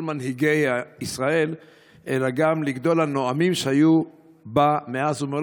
מנהיגי ישראל אלא גם לגדול הנואמים שהיו בה מאז ומעולם.